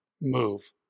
move